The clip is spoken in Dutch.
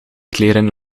kleren